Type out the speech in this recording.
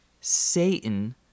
Satan